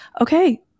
okay